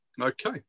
Okay